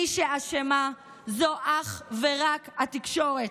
מי שאשמה זו אך ורק התקשורת,